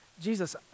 Jesus